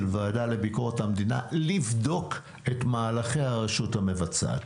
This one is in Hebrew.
הוועדה לביקורת המדינה לבדוק את מהלכי הרשות המבצעת.